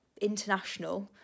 international